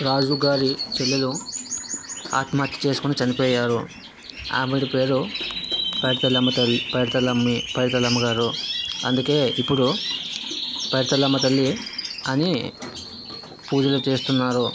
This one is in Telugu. రాజు గారి చెల్లెలు ఆత్మహత్య చేసుకుని చనిపోయారు ఆవిడ పేరు పైడితల్లి అమ్మ తల్లి పైడితళ్ళి అమ్మ పైడితల్లి అమ్మ గారు అందుకే ఇప్పుడు పైడితళ్ళి అమ్మతల్లి అని పూజలు చేస్తున్నారు